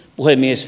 puhemies